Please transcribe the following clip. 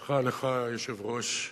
לך, לך, היושב-ראש,